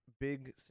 big